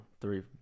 three